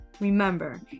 Remember